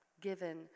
given